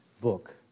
book